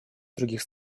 других